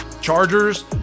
Chargers